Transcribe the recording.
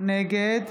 נגד